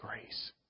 grace